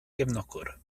gefnogwr